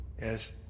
Yes